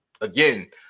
again